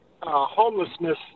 homelessness